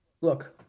look